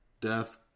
Death